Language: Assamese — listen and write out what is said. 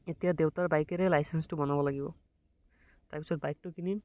এতিয়া দেউতাৰ বাইকেৰে লাইচেন্সটো বনাব লাগিব তাৰপিছত বাইকটো কিনিম